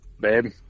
babe